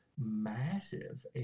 Massive